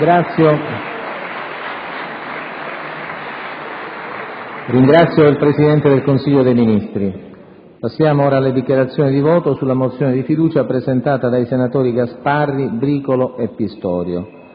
Ringrazio il Presidente del Consiglio dei ministri. Passiamo alle dichiarazioni di voto sulla mozione di fiducia, presentata dai senatori Gasparri, Bricolo e Pistorio.